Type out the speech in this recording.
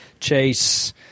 Chase